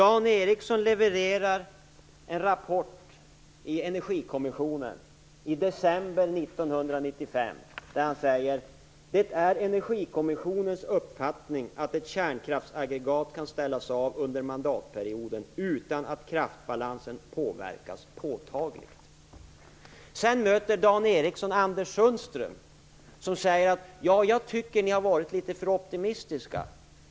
Dan Ericsson levererar en rapport i Energikommissionen i december 1995 där han säger: Det är Energikommissionens uppfattning att ett kärnkraftsaggregat kan ställas av under mandatperioden utan att kraftbalansen påverkas påtagligt. Sedan möter Dan Ericsson Anders Sundström, som säger: Jag tycker att ni har varit litet för optimistiska.